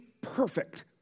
perfect